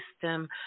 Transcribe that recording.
system